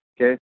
Okay